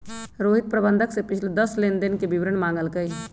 रोहित प्रबंधक से पिछले दस लेनदेन के विवरण मांगल कई